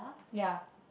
ya